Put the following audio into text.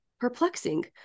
perplexing